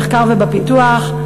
במחקר ובפיתוח.